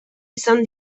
izan